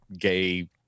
gay